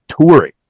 touring